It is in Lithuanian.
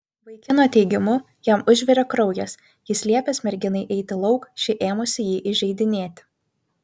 vaikino teigimu jam užvirė kraujas jis liepęs merginai eiti lauk ši ėmusi jį įžeidinėti